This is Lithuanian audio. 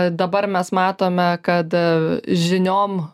dabar mes matome kad a žiniom